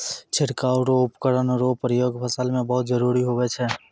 छिड़काव रो उपकरण रो प्रयोग फसल मे बहुत जरुरी हुवै छै